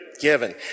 given